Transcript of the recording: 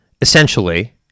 essentially